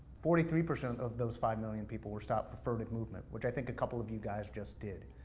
forty three percent of those five million people were stopped for furtive movement, which i think a couple of you guys just did.